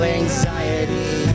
anxiety